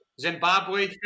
Zimbabwe